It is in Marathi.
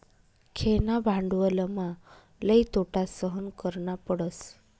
खेळणा भांडवलमा लई तोटा सहन करना पडस